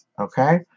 Okay